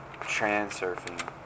Transurfing